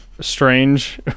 strange